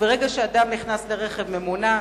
וברגע שאדם נכנס לרכב ממונע,